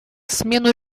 смену